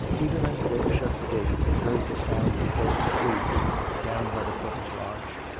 even as dick shut the gate he heard the sound of horses hoofs down by the porter's lodge.